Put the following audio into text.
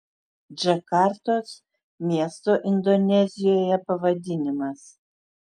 džakartos miesto indonezijoje pavadinimas